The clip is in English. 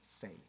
faith